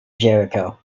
jericho